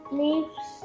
leaves